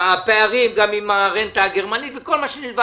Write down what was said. הפערים גם הרנטה הגרמנית וכל מה שנלווה